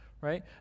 right